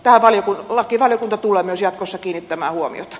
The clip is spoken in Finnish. tähän lakivaliokunta tulee myös jatkossa kiinnittämään huomiota